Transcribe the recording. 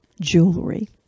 jewelry